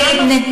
למה,